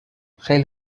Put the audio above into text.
خیلی